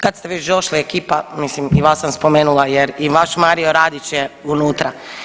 Kad ste već došli ekipa, mislim i vas sam spomenula jer i vaš Mario Radić je unutra.